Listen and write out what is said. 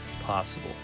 possible